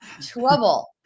trouble